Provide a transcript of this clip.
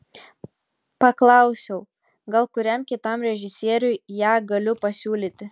paklausiau gal kuriam kitam režisieriui ją galiu pasiūlyti